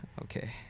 Okay